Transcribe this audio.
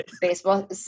baseball